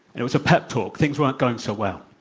it was a pep talk. things weren't going so well.